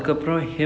okay